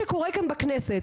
ה שקורה כאן בכנסת